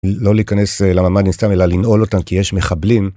לא להיכנס למהמדינסטרם אלא לנעול אותם כי יש מחבלים.